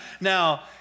now